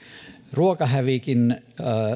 ruokahävikin